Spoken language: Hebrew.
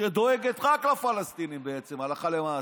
שדואגת רק לפלסטינים בעצם, הלכה למעשה.